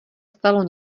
stalo